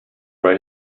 buy